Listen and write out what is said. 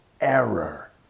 error